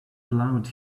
allowed